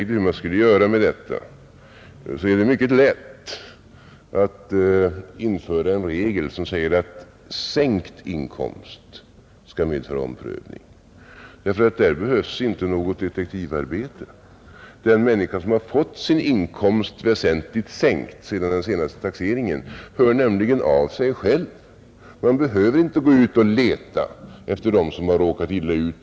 Det är mycket lätt att införa en regel som säger att sänkt inkomst skall medföra omprövning; där behövs inte något detektivarbete — den människa som har fått sin inkomst väsentligt sänkt sedan den senaste taxeringen hör nämligen av sig själv, och man behöver inte gå ut och leta efter den som har råkat illa ut.